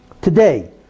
today